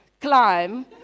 climb